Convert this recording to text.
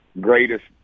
greatest